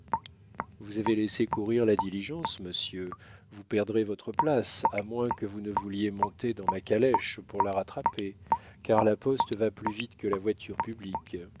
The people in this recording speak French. vous avez laissé courir la diligence monsieur vous perdrez votre place à moins que vous ne vouliez monter dans ma calèche pour la rattraper car la poste va plus vite que la voiture publique